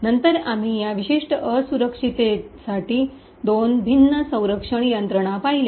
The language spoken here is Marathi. नंतर आम्ही या विशिष्ट असुरक्षिततेसाठी दोन भिन्न संरक्षण यंत्रणा पाहिल्या